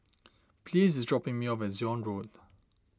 Pleas is dropping me off at Zion Road